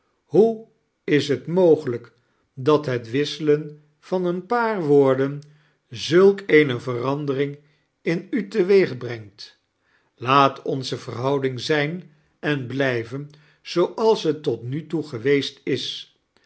hoe is t inogelijk dat het wisselen van een paar woorden zulk eene verandering in u teweeg brengt laat onze verhouding zijn en blijven zooals ze tot nu toe geweest is